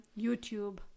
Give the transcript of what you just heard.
YouTube